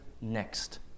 next